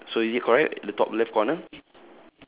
ya so is it correct the top left corner